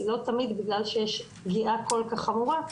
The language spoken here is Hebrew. זה לא תמיד בגלל שיש פגיעה כל כך חמורה,